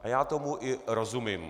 Já tomu i rozumím.